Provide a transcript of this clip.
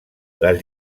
les